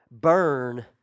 burn